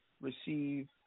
receive